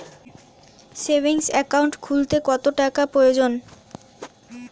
Savings account খুলতে কত টাকার প্রয়োজন?